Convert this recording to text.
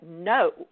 no